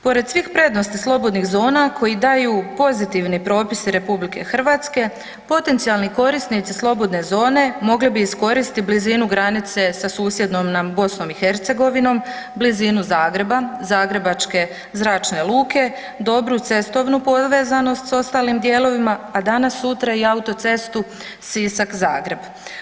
Pored svih prednosti slobodnih zona koji daju pozitivni propisi RH, potencijalni korisnici slobodne zone mogle bi iskoristiti blizinu granice sa susjednom nam BiH, blizinu Zagreba, zagrebačke zračne luke, dobru cestovnu povezanost s ostalim dijelovima, a danas-sutra i autocestu Sisak-Zagreb.